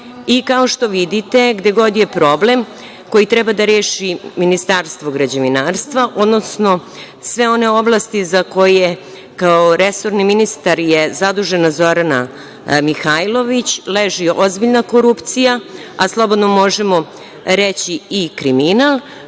što vidite, gde god je problem koji treba da reši Ministarstvo građevinarstva, odnosno sve one oblasti za koje kao resorni ministar je zadužena Zorana Mihajlović, leži ozbiljna korupcija, a slobodno možemo reći i kriminal,